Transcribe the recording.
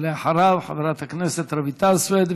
אחריו, חברת הכנסת רויטל סויד.